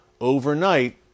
Overnight